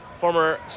former